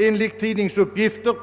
Enligt tidningsuppgifter